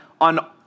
on